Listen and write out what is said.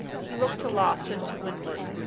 he looked aloft and to windward.